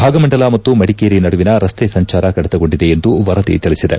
ಭಾಗಮಂಡಲ ಮತ್ತು ಮಡಿಕೇರಿ ನಡುವಿನ ರಸ್ತೆ ಸಂಚಾರ ಕಡಿತಗೊಂಡಿದೆ ಎಂದು ವರದಿ ತಿಳಿಸಿದೆ